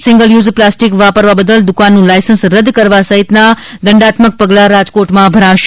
single use plastic વાપરવા બદલ દુકાનનું લાયસન્સ રદ કરવા સહિતના દંડાત્મક પગલા રાજકોટમાં ભરાશે